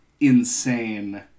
insane